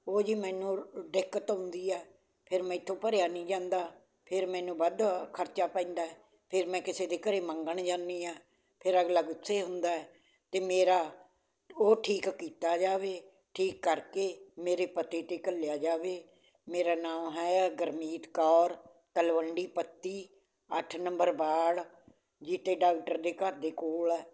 ਉਹ ਜੀ ਮੈਨੂੰ ਦਿੱਕਤ ਆਉਂਦੀ ਆ ਫਿਰ ਮੇਰੇ ਤੋਂ ਭਰਿਆ ਨਹੀਂ ਜਾਂਦਾ ਫਿਰ ਮੈਨੂੰ ਵੱਧ ਖਰਚਾ ਪੈਂਦਾ ਫਿਰ ਮੈਂ ਕਿਸੇ ਦੇ ਘਰ ਮੰਗਣ ਜਾਂਦੀ ਹਾਂ ਫਿਰ ਅਗਲਾ ਗੁੱਸੇ ਹੁੰਦਾ ਅਤੇ ਮੇਰਾ ਉਹ ਠੀਕ ਕੀਤਾ ਜਾਵੇ ਠੀਕ ਕਰਕੇ ਮੇਰੇ ਪਤੇ 'ਤੇ ਘੱਲਿਆ ਜਾਵੇ ਮੇਰਾ ਨਾਂਉ ਹੈਗਾ ਗੁਰਮੀਤ ਕੌਰ ਤਲਵੰਡੀ ਪੱਤੀ ਅੱਠ ਨੰਬਰ ਵਾਰਡ ਜੀਤੇ ਡਾਕਟਰ ਦੇ ਘਰ ਦੇ ਕੋਲ ਹੈ